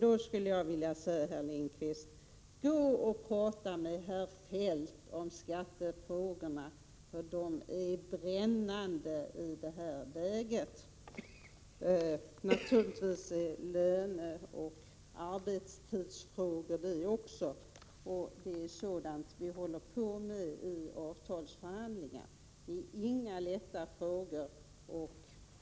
Jag skulle vilja säga till herr Lindqvist: Tala med herr Feldt om skattefrågorna, som är brännande i det här sammanhanget. Naturligtvis gäller detta också beträffande löneoch arbetstidsfrågorna, och det är sådana som vi ägnar oss åt i avtalsförhandlingarna. Det är inga lätta spörsmål.